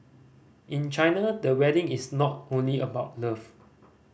in China the wedding is not only about love